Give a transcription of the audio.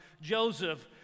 Joseph